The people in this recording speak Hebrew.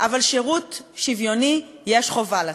אבל שירותי שוויוני יש חובה לתת,